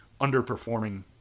underperforming